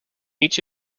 each